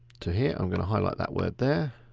to here. i'm gonna highlight that word there.